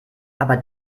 aber